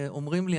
ואומרים לי,